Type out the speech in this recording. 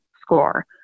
score